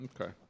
Okay